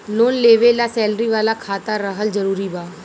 Loan लेवे ला salary वाला खाता रहल जरूरी बा?